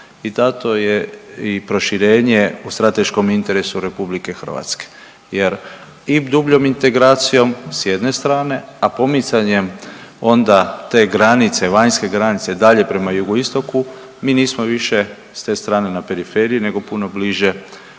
I dato je i proširenje u strateškom interesu RH, jer i dubljom integracijom sa jedne strane, a pomicanjem onda te granice, vanjske granice dalje prema jugoistoku mi nismo više s te strane na periferiji, nego puno bliže